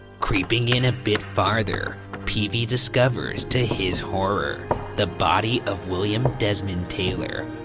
creeping in a bit farther, peavey discovers to his horror the body of william desmond taylor,